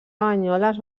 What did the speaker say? banyoles